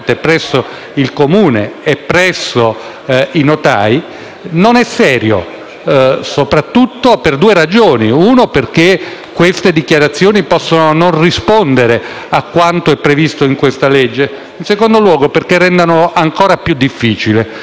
queste dichiarazioni possono non rispondere a quanto è previsto in questa legge; in secondo luogo, perché rendono ancora più difficile quel pasticciaccio brutto dei registri differenti.